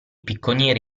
picconiere